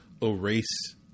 erase